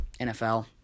NFL